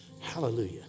Hallelujah